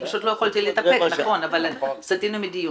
פשוט לא יכולתי להתאפק, אבל סטינו מהדיון.